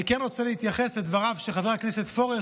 אני רוצה להתייחס לדבריו של חבר הכנסת פורר,